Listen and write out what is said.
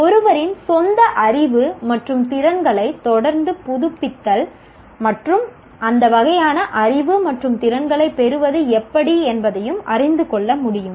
ஒருவரின் சொந்த அறிவு மற்றும் திறன்களை தொடர்ந்து புதுப்பித்தல் மற்றும் அந்த வகையான அறிவு மற்றும் திறன்களைப் பெறுவது எப்படி என்பதையும் அறிந்து கொள்ள முடியும்